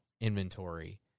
inventory